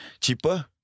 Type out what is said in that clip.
Cheaper